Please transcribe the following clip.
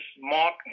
Mark